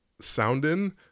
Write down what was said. sounding